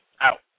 out